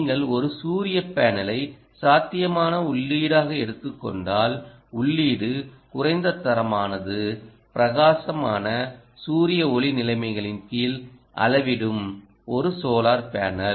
நீங்கள் ஒரு சூரிய பேனலை சாத்தியமான உள்ளீடாக எடுத்துக் கொண்டால் உள்ளீடு குறைந்த தரமானது பிரகாசமான சூரிய ஒளி நிலைமைகளின் கீழ் அளவிடும் ஒரு சோலார் பேனல்